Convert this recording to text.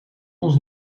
ons